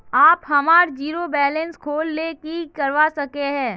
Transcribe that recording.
आप हमार zero balance खोल ले की करवा सके है?